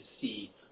see